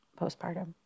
postpartum